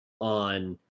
on